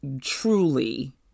truly